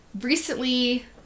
Recently